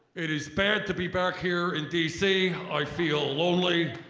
it is bad to be back here in d c. i feel lonely